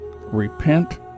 Repent